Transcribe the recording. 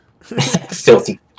filthy